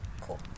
Cool